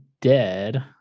dead